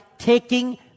taking